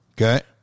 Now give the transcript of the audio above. Okay